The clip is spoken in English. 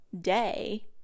day